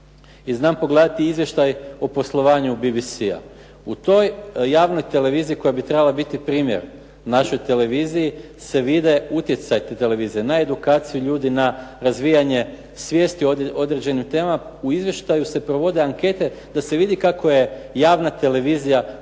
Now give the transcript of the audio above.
znam pogledati Izvještaj o poslovanju BBC-a. U toj javnoj televiziji koja bi trebala biti primjer našoj televiziji se vide utjecaj te televizije na edukaciju ljudi, na razvijanje svijesti određenim temama. U izvještaju se provode ankete da se vidi kako je javna televizija utjecala